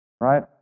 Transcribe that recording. Right